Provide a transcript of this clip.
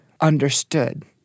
understood